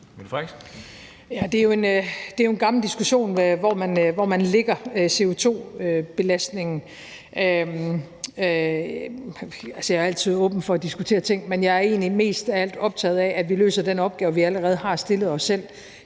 Det er jo en gammel diskussion, hvor man lægger CO2-belastningen. Jeg er altid åben for at diskutere ting, men jeg er egentlig mest af alt optaget af, at vi løser den opgave, vi allerede har stillet os selv.